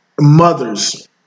Mothers